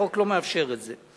החוק לא מאפשר את זה.